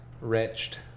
wretched